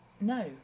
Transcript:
No